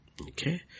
okay